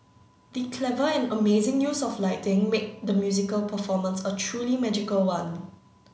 the clever and amazing use of lighting made the musical performance a truly magical one